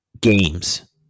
games